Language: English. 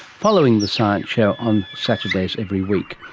following the science show on saturdays every week.